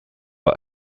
are